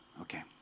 Okay